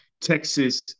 Texas